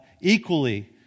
equally